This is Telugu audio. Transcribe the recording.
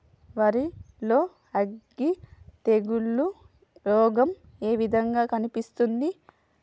వరి లో అగ్గి తెగులు రోగం ఏ విధంగా కనిపిస్తుంది?